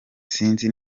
sinzi